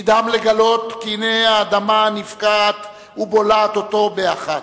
נדהם לגלות כי הנה האדמה נבקעת ובולעת אותו באחת.